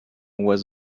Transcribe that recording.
was